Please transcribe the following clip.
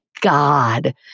God